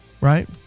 Right